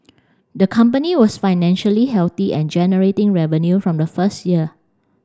the company was financially healthy and generating revenue from the first year